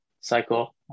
cycle